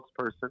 spokesperson